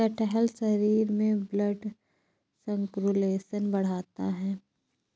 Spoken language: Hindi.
कटहल शरीर में ब्लड सर्कुलेशन बढ़ाता है